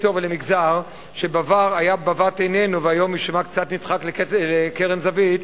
לסקטור ולמגזר שבעבר היה בבת-עינינו והיום משום מה קצת נדחק לקרן זווית,